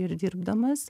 ir dirbdamas